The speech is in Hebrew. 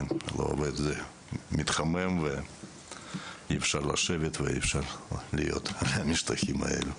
זה מתחמם ואי אפשר להיות על המשטחים האלה.